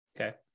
Okay